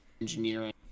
engineering